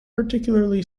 particularly